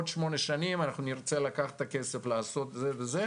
עוד שמונה שנים אנחנו נרצה לקחת את הכסף ולעשות כך וכך